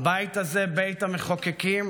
הבית הזה, בית המחוקקים,